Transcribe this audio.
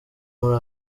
muri